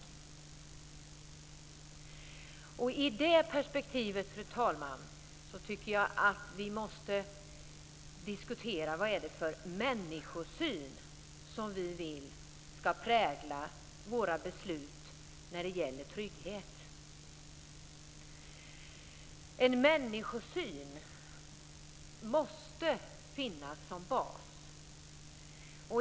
Fru talman! I det perspektivet måste vi diskutera vad det är för människosyn som vi vill ska prägla våra beslut om trygghet. En människosyn måste finnas som bas.